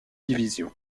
division